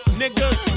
niggas